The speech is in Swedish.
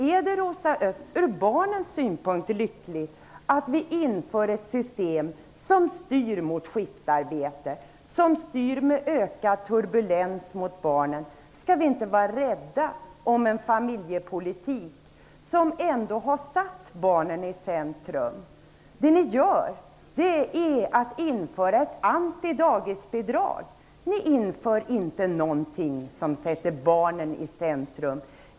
Är det, Rosa Östh, ur barnens synpunkt lyckligt att vi inför ett system som styr mot skiftarbete och mot ökad turbulens för barnen? Skall vi inte vara rädda om en familjepolitik som har satt barnen i centrum? Det som ni gör är att införa ett antidagisbidrag. Ni inför inte någonting som sätter barnen i centrum.